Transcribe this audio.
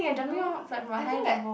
no I think that